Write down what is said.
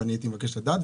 הייתי מבקש לדעת,